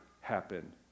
happen